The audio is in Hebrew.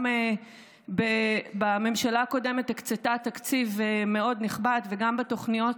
גם הממשלה הקודמת הקצתה תקציב מאוד נכבד וגם בתוכניות